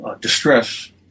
distress